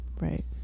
right